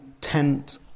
tent